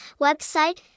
website